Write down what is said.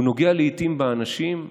והוא נוגע לעיתים באנשים,